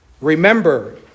Remember